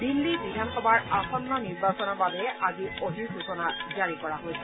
দিল্লী বিধানসভাৰ আসন্ন নিৰ্বাচনৰ বাবে আজি অধিসূচনা জাৰি কৰা হৈছে